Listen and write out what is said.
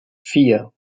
vier